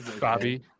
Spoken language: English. bobby